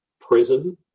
prison